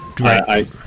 right